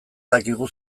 dakigu